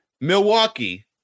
Milwaukee